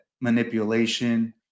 manipulation